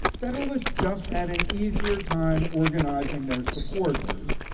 federalists just had an easier time organizing their supporters.